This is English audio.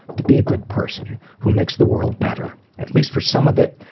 to be a good person who makes the world better. at least for some of it,